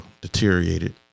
deteriorated